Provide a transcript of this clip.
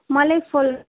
मलाई फुल